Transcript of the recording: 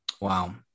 wow